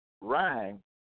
rhyme